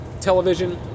television